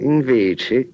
Invece